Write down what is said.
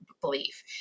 belief